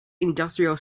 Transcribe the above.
industrial